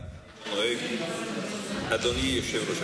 "אדוני היושב-ראש".